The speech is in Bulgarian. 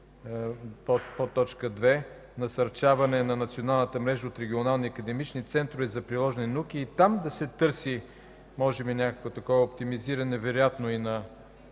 подточка 2 – „Насърчаване на националната мрежа от регионални академични центрове за приложни науки”, и там да се търси може би някакво такова оптимизиране, вероятно, и на